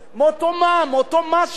מאותו מס שהמדינה לוקחת.